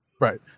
Right